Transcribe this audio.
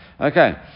Okay